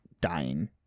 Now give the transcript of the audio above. dying